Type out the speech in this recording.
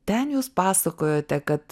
ten jūs pasakojote kad